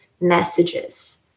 messages